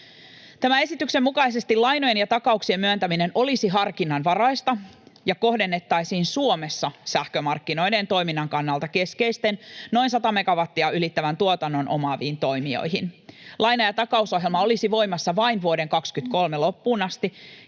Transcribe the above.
Tämän esityksen mukaisesti lainojen ja takauksien myöntäminen olisi harkinnanvaraista ja kohdennettaisiin Suomessa sähkömarkkinoiden toiminnan kannalta keskeisten, noin sata megawattia ylittävän tuotannon omaaviin toimijoihin. Laina- ja takausohjelma olisi voimassa vain vuoden 23 loppuun asti,